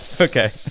Okay